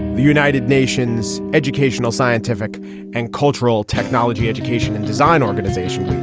the united nations educational, scientific and cultural technology, education and design organization.